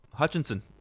Hutchinson